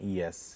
yes